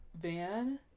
Van